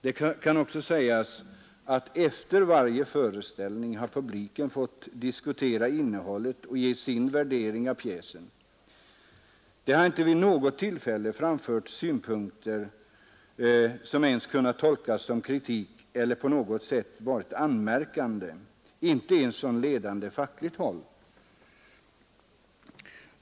Det kan också sägas att efter varje föreställning har publiken fått diskutera innehållet och ge till känna sin värdering av pjäsen. Det har därvid inte vid något tillfälle framförts synpunkter som ens kunnat tolkas som kritik eller på något sätt varit anmärkande, inte ens från ledande fackligt håll.